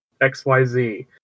XYZ